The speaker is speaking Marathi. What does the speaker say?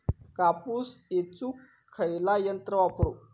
कापूस येचुक खयला यंत्र वापरू?